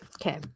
Okay